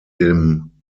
dem